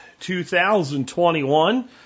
2021